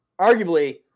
Arguably